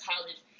college